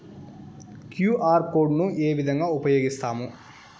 QR code ను ఏ విధంగా ఉపయగిస్తాము?